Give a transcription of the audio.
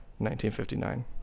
1959